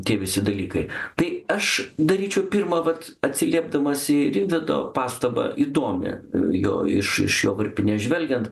tie visi dalykai tai aš daryčiau pirma vat atsiliepdamas į rimvydo pastabą įdomią jo iš iš jo varpinės žvelgiant